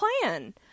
plan